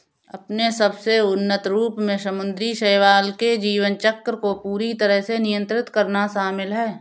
अपने सबसे उन्नत रूप में समुद्री शैवाल के जीवन चक्र को पूरी तरह से नियंत्रित करना शामिल है